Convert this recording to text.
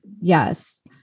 yes